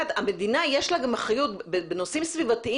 למדינה יש גם אחריות כאשר בנושאים סביבתיים